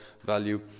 value